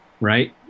right